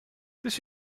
this